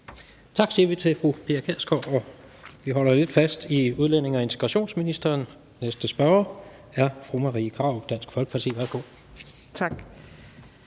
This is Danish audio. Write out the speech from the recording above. Tak siger vi til fru Pia Kjærsgaard, og vi holder lidt fast i udlændinge- og integrationsministeren. Næste spørger er fru Marie Krarup, Dansk Folkeparti. Kl. 16:44 Spm.